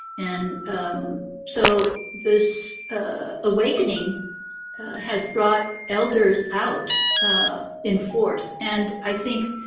and so this awakening has brought elders out in force, and i think